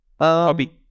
Hobby